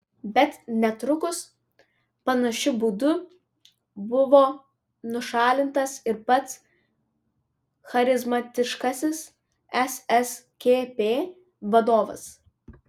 bet netrukus panašiu būdu buvo nušalintas ir pats charizmatiškasis sskp vadovas